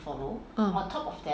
uh